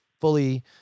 fully